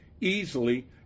easily